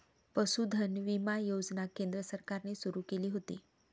पशुधन विमा योजना केंद्र सरकारने सुरू केली होती